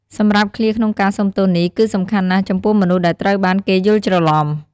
សម្រាប់ឃ្លាក្នុងការសុំទោសនេះ គឺសំខាន់ណាស់ចំពោះមនុស្សដែលត្រូវបានគេយល់ច្រឡុំ។